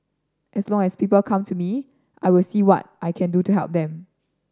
as long as people come to me I will see what I can do to help them